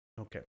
Okay